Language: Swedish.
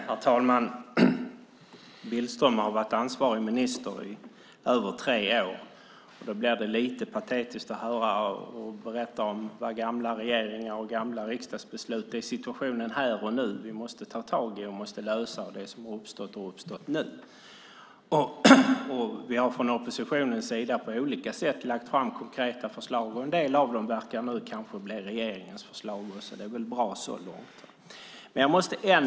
Herr talman! Billström har varit ansvarig minister i över tre år. Då är det lite patetiskt att höra honom berätta om gamla regeringar och gamla riksdagsbeslut. Det är situationen här och nu vi måste ta tag i och lösa. Det som har uppstått har uppstått nu. Oppositionen har lagt fram konkreta förslag. En del verkar nu också bli regeringens förslag. Det är bra så långt.